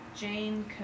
Jane